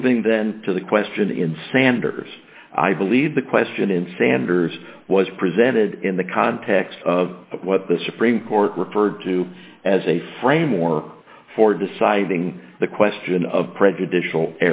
moving then to the question in sanders i believe the question in sanders was presented in the context of what the supreme court referred to as a framework for deciding the question of prejudicial